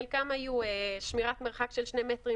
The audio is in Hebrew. חלקן היו שמירת מרחק של שני מטרים,